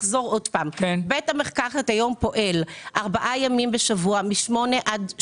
בית המרקחת היום פועל ארבעה ימים בשבוע מ-08:00 עד 14:00,